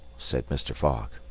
said mr. fogg.